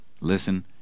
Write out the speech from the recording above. listen